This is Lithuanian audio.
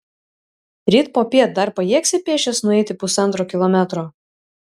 ryt popiet dar pajėgsi pėsčias nueiti pusantro kilometro